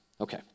okay